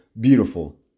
beautiful